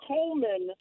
Coleman